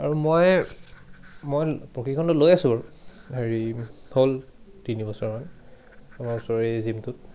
আৰু মই মই প্ৰশিক্ষণটো লৈ আছোঁ বাৰু হেৰি হ'ল তিনি বছৰমান আমাৰ ওচৰৰে জিমটোত